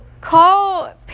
Call